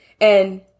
And-